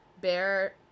Bear